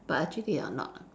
but actually they are not